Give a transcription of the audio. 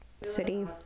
city